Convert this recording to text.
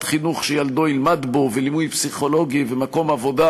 חינוך שילדו ילמד בו וליווי פסיכולוגי ומקום עבודה,